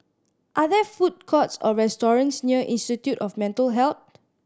are there food courts or restaurants near Institute of Mental Health